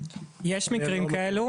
יש מקרים כאלה.